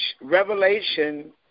Revelation